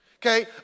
Okay